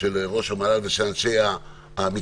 של ראש המל"ל ושל אנשי המקצוע,